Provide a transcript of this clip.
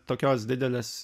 tokios didelės